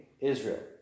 Israel